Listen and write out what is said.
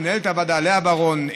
מנהלת הוועדה לאה ורון,